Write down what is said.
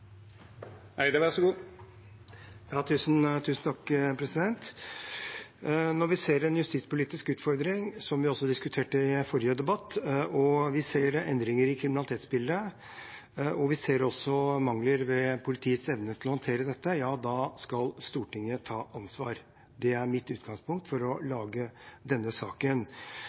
Når vi ser en justispolitisk utfordring – som vi også diskuterte i forrige debatt – når vi ser endringer i kriminalitetsbildet, og vi også ser mangler ved politiets evne til å håndtere dette, ja, da skal Stortinget ta ansvar. Det er mitt utgangspunkt for å lage denne saken.